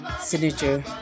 Signature